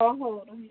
ହଁ ହେଉ